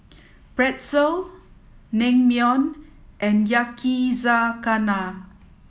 Pretzel Naengmyeon and Yakizakana